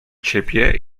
ciebie